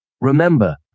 Remember